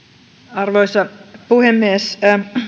arvoisa puhemies